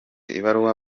ibaruwa